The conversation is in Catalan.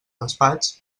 despatx